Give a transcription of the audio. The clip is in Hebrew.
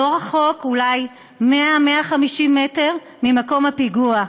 לא רחוק, אולי 100 150 מטר ממקום הפיגוע.